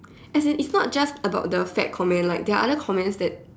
as in it's not just about the fat comment like there are other comments that